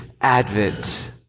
Advent